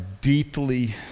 deeply